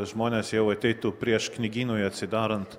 žmonės jau ateitų prieš knygynui atsidarant